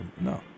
no